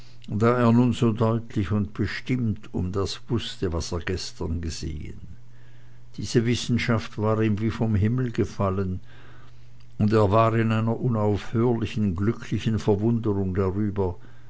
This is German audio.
er nun so deutlich und bestimmt um das wußte was er gestern gesehen diese wissenschaft war ihm wie vom himmel gefallen und er war in einer unaufhörlichen glücklichen verwunderung darüber